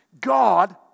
God